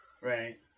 right